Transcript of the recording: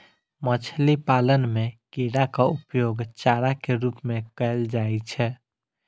मछली पालन मे कीड़ाक उपयोग चारा के रूप मे कैल जाइ छै